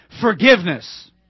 forgiveness